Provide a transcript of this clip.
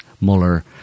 Mueller